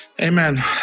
Amen